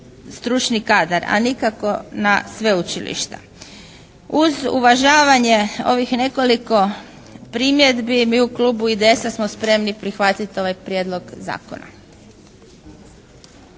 stručni kadar, a nikako, nikako na sveučilišta. Uz uvažavanje ovih nekoliko primjedbi mi u Klubu IDS-a smo spremni prihvatiti ovaj prijedlog zakona.